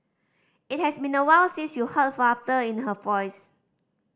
it has been awhile since you heard laughter in her voice